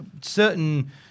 certain